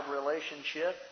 relationship